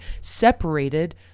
separated